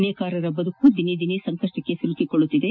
ನೇಕಾರರ ಬದುಕು ದಿನೇ ದಿನೇ ಸಂಕಷ್ಷಕ್ಕೆ ಸಿಲುಕಿಕೊಳ್ಳುತ್ತಿದೆ